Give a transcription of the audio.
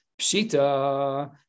Pshita